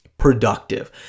Productive